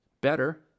Better